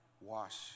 wash